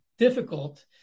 difficult